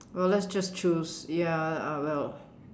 well let's just choose ya uh well